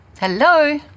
Hello